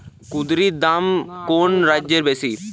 কুঁদরীর দাম কোন রাজ্যে বেশি?